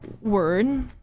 word